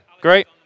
great